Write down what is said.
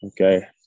Okay